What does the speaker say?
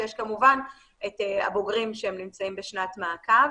שיש כמובן את הבוגרים שנמצאים בשנת מעקב.